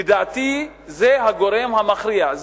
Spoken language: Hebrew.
לדעתי, זה הגורם המכריע.